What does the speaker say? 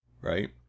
Right